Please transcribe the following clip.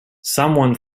someone